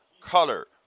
color